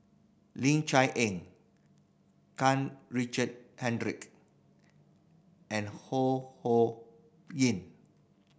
Ling Cher Eng Karl Richard Hanitsch and Ho Ho Ying